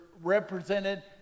represented